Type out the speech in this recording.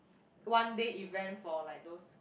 one day event for like those